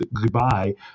goodbye